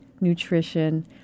nutrition